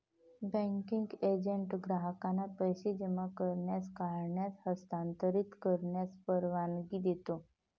banking agent ग्राहकांना पैसे जमा करण्यास, काढण्यास, हस्तांतरित करण्यास परवानगी देतो